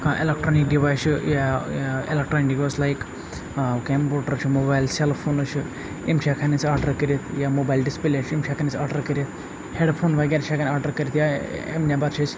کانٛہہ electronic device چھِ یا ایٚلیکٹرٛانِک ڈِوایِس لایِک ٲں کَمپیوٗٹَر چھِ موبایِل سیٚل فونٕز چھِ یِم چھِ ہیٚکان أسۍ آرڈَر کٔرِتھ یا موبایِل ڈِسپٕلیے چھِ یِم چھِ ہیٚکان أسۍ آرڈَر کٔرِتھ ہیٚڈ فوٗن وغیرہ چھِ ہیٚکان آرڈَر کٔرِتھ یا اَمہِ نیٚبَر چھِ أسۍ